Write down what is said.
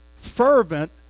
Fervent